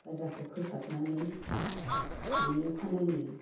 गारजाखौ फोसाबनानै बेनि अखानायै